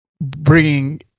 bringing